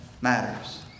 matters